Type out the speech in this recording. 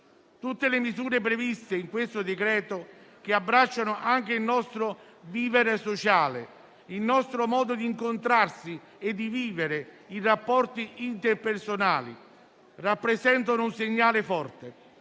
Tutte le misure previste in questo decreto-legge, che abbracciano anche il nostro vivere sociale, il nostro modo di incontrarsi e di vivere i rapporti interpersonali, rappresentano un segnale forte: